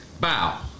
Bow